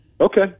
Okay